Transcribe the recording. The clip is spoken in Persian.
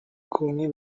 کومی